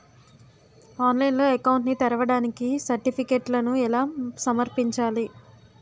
ఆన్లైన్లో అకౌంట్ ని తెరవడానికి సర్టిఫికెట్లను ఎలా సమర్పించాలి?